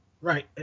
Right